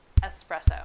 espresso